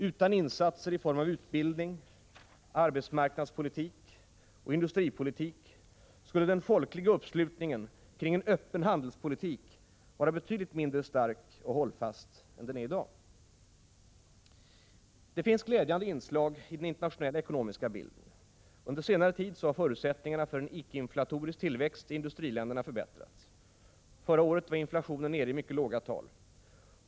Utan insatser i form av utbildning, arbetsmarknadspolitik och industripolitik skulle den folkliga uppslutningen kring en öppen handelspolitik vara betydligt mindre stark och hållfast än den är i dag. Det finns glädjande inslag i den internationella ekonomiska bilden. Under senare tid har förutsättningarna för en icke-inflatorisk tillväxt i industriländerna förbättrats. Förra året var inflationen nere i mycket låga tal.